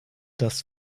das